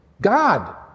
God